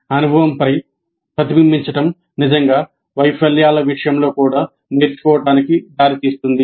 అనుభవంపై ప్రతిబింబించడం నిజంగా వైఫల్యాల విషయంలో కూడా నేర్చుకోవడానికి దారితీస్తుంది